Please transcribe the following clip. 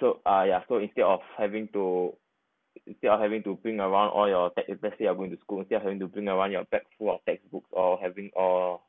so uh yeah so instead of having to instead of having to bring along all your tech if let's say I'm going to school instead of having to bring along your bag full of textbooks or having or